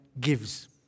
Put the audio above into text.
gives